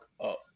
up